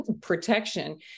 protection